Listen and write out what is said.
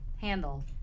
handle